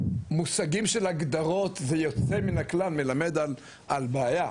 מושגים של הגדרות ויוצא מן הכלל מלמד על בעיה,